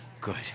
good